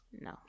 No